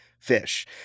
fish